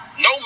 no